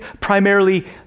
primarily